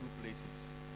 places